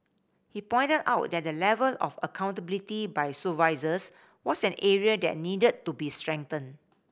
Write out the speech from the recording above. he pointed out that the level of accountability by supervisors was an area that needed to be strengthened